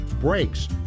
Brakes